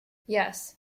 yes